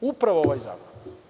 Upravo ovaj zakon.